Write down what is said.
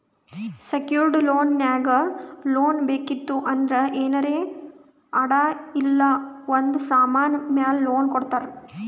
secured loan ನಾಗ್ loan ಬೇಕಿತ್ತು ಅಂದ್ರ ಏನಾರೇ ಅಡಾ ಇಲ್ಲ ಒಂದ್ ಸಮಾನ್ ಮ್ಯಾಲ ಲೋನ್ ಕೊಡ್ತಾರ್